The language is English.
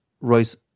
Royce